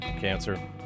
cancer